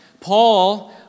Paul